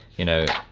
you know,